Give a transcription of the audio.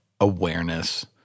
awareness